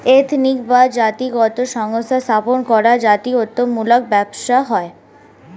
ethnic বা জাতিগত সংস্থা স্থাপন করা জাতিত্ব মূলক ব্যবসা হয়